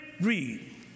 Read